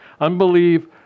Unbelief